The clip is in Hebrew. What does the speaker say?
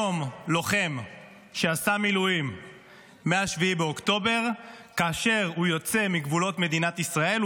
היום כאשר לוחם שעשה מילואים יוצא מגבולות מדינת ישראל,